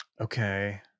Okay